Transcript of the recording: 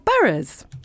boroughs